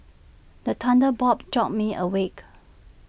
the thunder bob jolt me awake